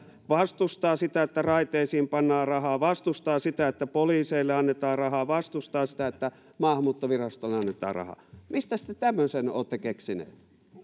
vastustaa sitä että raiteisiin pannaan rahaa vastustaa sitä että poliiseille annetaan rahaa vastustaa sitä että maahanmuuttovirastolle annetaan rahaa mistäs te tämmöisen olette keksineet